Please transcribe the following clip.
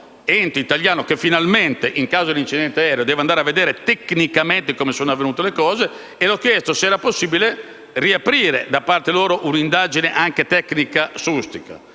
ente che finalmente in caso di incidente aereo deve andare a vedere tecnicamente come sono avvenute le cose, e gli ho chiesto se era possibile riaprire da parte loro un'indagine, anche tecnica, su Ustica.